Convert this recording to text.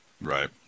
right